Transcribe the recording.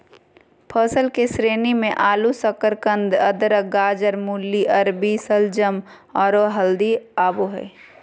फसल के श्रेणी मे आलू, शकरकंद, अदरक, गाजर, मूली, अरबी, शलजम, आरो हल्दी आबो हय